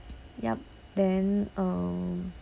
yup then um